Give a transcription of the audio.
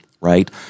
right